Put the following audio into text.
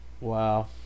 Wow